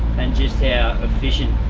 and just how efficient